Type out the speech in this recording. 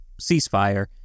ceasefire